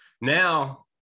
Now